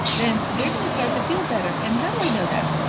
then they're gonna start to feel better and how do i know that?